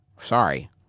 sorry